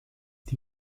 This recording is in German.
die